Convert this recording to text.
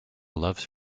loves